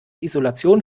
isolation